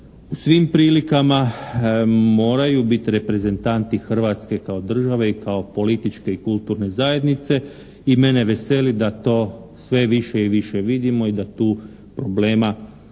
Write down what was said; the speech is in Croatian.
u svim prilikama moraju biti reprezentanti Hrvatske kao države i kao političke i kulturne zajednice i mene veseli da to sve više i više vidimo i da tu problema na